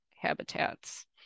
habitats